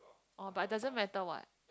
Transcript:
oh but it doesn't matter what